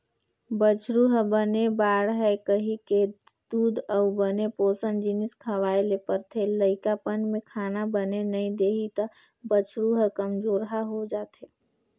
बछरु ह बने बाड़हय कहिके दूद अउ बने पोसन जिनिस खवाए ल परथे, लइकापन में खाना बने नइ देही त बछरू ह कमजोरहा हो जाएथे